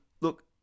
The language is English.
look